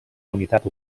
unitat